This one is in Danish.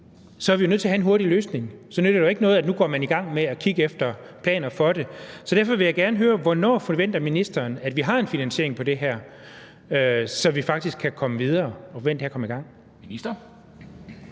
så er vi nødt til have en hurtig løsning. Så nytter det jo ikke noget, at man nu går i gang med at kigge efter planer for det. Derfor vil jeg gerne høre: Hvornår forventer ministeren, at vi har en finansiering på det her, så vi faktisk kan komme videre og komme i gang? Kl.